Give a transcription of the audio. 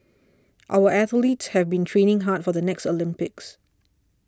our athletes have been training hard for the next Olympics